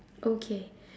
okay